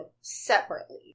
separately